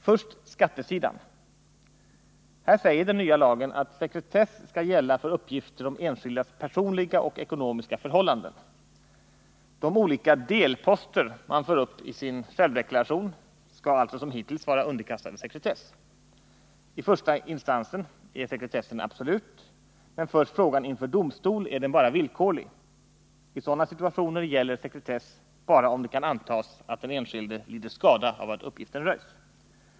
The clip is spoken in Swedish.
Först gäller det skattesidan. Här säger den nya lagen att sekretess skall gälla för uppgifter om enskildas personliga eller ekonomiska förhållanden. De olika delposter man för upp i sin självdeklaration skall alltså som hittills vara underkastade sekretess. I första instansen är sekretessen absolut, men förs frågan inför domstol är den bara villkorlig — i sådana situationer gäller sekretess bara om det kan antas att den enskilde lider skada av att uppgiften röjs.